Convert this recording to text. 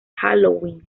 halloween